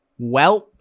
Welp